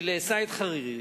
של סעד חרירי,